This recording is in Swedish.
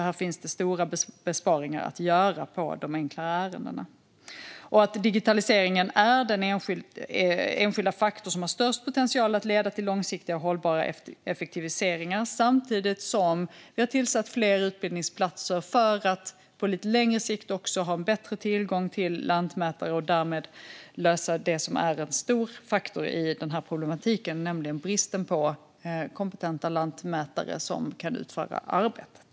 Här finns alltså stora besparingar att göra på de enklare ärendena. Digitaliseringen är den enskilda faktor som har störst potential att leda till långsiktiga och hållbara effektiviseringar. Samtidigt har vi tillsatt fler utbildningsplatser för att på lite längre sikt också ha en bättre tillgång till lantmätare och därmed lösa det som är en stor faktor i den här problematiken, nämligen bristen på kompetenta lantmätare som kan utföra arbetet.